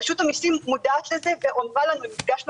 רשות המיסים מודעת לזה ואמרה לנו נפגשנו